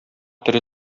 тере